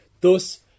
Thus